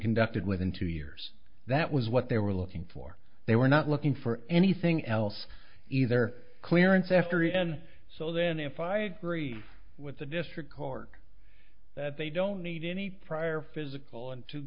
conducted within two years that was what they were looking for they were not looking for anything else either clearance after it and so then if i agree with the district court that they don't need any prior physical and two